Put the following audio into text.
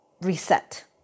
reset